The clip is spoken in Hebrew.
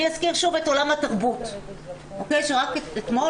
אני אזכיר שוב את עולם התרבות, שרק אתמול